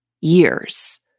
years